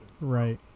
Right